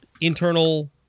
internal